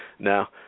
Now